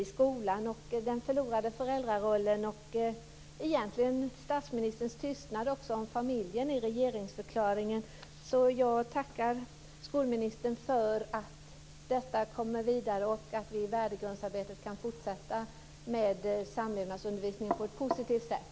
Vi har också den förlorade föräldrarollen och egentligen även statsministerns tystnad om familjen i regeringsförklaringen. Jag tackar skolministern för att detta arbete går vidare och för att vi i värdegrundsarbetet kan fortsätta med samlevnadsundervisningen på ett positivt sätt.